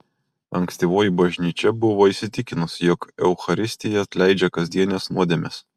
ankstyvoji bažnyčia buvo įsitikinusi jog eucharistija atleidžia kasdienes nuodėmes